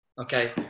okay